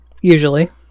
Usually